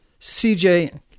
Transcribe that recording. CJ